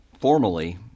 formally